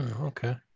okay